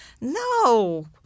no